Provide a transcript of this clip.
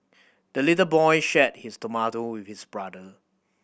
the little boy shared his tomato with his brother